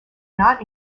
not